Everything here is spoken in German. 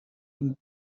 und